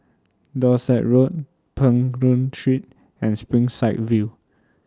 Dorset Road Peng Nguan Street and Springside View